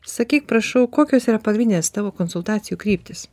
sakyk prašau kokios yra pagrindinės tavo konsultacijų kryptys